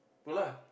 pull lah